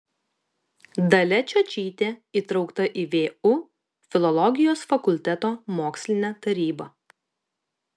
dalia čiočytė įtraukta į vu filologijos fakulteto mokslinę tarybą